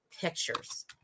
pictures